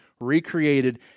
recreated